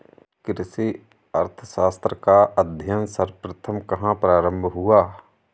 कृषि अर्थशास्त्र का अध्ययन सर्वप्रथम कहां प्रारंभ हुआ?